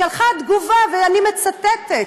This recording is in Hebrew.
שלחה תגובה, ואני מצטטת: